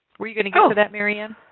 were you going to get to that, mary ann?